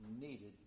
needed